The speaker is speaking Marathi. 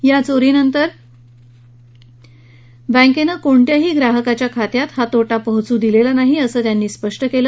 या चोरीनंतर बँकेनं कोणत्याही ग्राहकाच्या खात्यात हा तोटा पोहचू दिलेला नाही असं त्यांनी स्पष्ट केलं